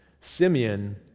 Simeon